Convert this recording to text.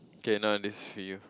okay now let's see you